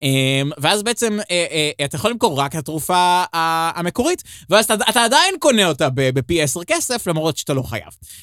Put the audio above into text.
ואז בעצם אתה יכול למכור רק התרופה המקורית, ואז אתה עדיין קונה אותה בפי עשר כסף למרות שאתה לא חייב.